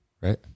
Right